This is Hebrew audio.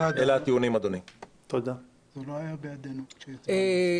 אלה הטיעונים לטענת נושא חדש, אדוני.